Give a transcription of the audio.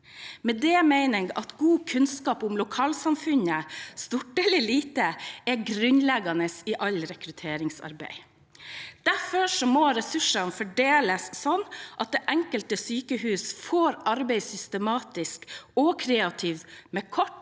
Med det mener jeg at god kunnskap om lokalsamfunnet, stort eller lite, er grunnleggende i alt rekrutteringsarbeid. Derfor må ressursene fordeles slik at det enkelte sykehus får arbeide systematisk og kreativt med kort